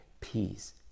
peace